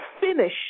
finish